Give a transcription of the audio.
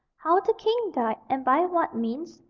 how the king died, and by what means,